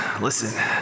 Listen